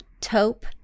Taupe